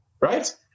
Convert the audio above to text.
right